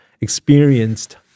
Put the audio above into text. experienced